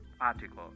article